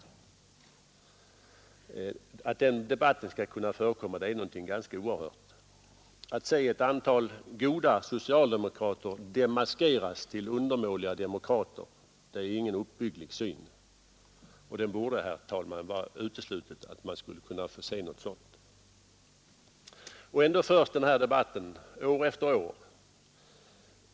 Att den debatten skall kunna förekomma är något ganska oerhört. Att se ett antal goda socialdemokrater demaskeras till undermåliga demokrater är ingen uppbygglig syn, och det borde, herr talman, vara uteslutet att man skulle kunna få se något sådant. Ändå förs den här debatten år efter år.